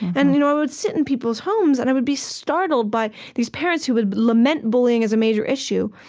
and you know i would sit in people's homes, and i would be startled by these parents who would lament bullying as a major issue,